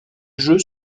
jeu